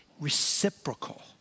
reciprocal